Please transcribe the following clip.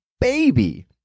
baby